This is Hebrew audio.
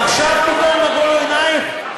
עכשיו פתאום אורו עינייך?